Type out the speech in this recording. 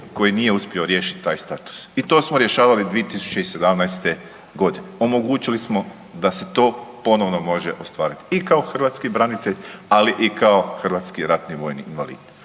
koji nije uspio riješiti taj status. I to smo rješavali 2017. godine omogućili smo da se to ponovno može ostvariti i kao hrvatski branitelj, ali i kao hrvatski ratni vojni invalid.